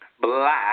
black